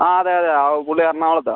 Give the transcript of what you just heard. ആ അതെ അതെ ആ പുള്ളി എറണാകുളത്താണ്